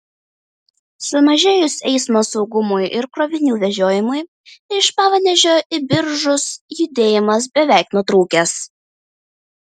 sumažėjus eismo saugumui ir krovinių vežiojimui iš panevėžio į biržus judėjimas beveik nutrūkęs